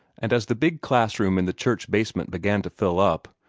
and as the big class-room in the church basement began to fill up,